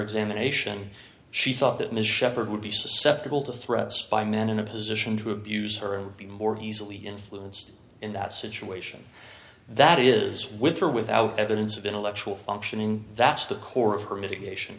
examination she thought that ms sheppard would be susceptible to threats by men in a position to abuse her would be more easily influenced in that situation that is with or without evidence of intellectual functioning that's the core of her mitigation